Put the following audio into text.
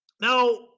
Now